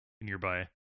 nearby